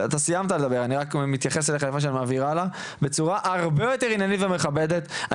לדבר בצורה הרבה יותר עניינית ומכבדת,